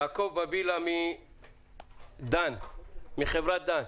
יעקב בבילה מחברת דן.